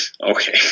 Okay